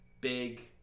big